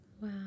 wow